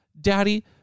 Daddy